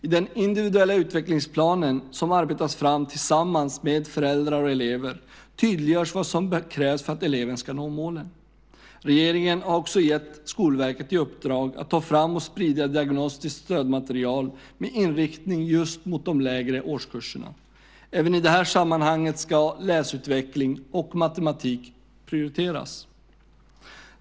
I den individuella utvecklingsplanen, som arbetas fram tillsammans med föräldrar och elever, tydliggörs vad som krävs för att eleven ska nå målen. Regeringen har också gett Skolverket i uppdrag att ta fram och sprida diagnostiskt stödmaterial med inriktning just mot de lägre årskurserna. Även i det sammanhanget ska läsutveckling och matematik prioriteras.